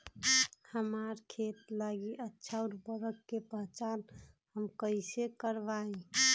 हमार खेत लागी अच्छा उर्वरक के पहचान हम कैसे करवाई?